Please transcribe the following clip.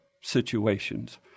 situations